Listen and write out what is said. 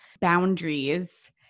boundaries